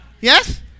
Yes